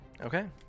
Okay